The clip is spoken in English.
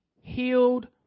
healed